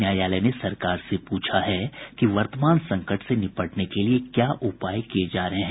न्यायालय ने सरकार से पूछा है कि वर्तमान संकट से निपटने के लिए क्या उपाय किये जा रहे हैं